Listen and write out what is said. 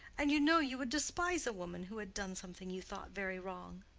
and you know you would despise a woman who had done something you thought very wrong.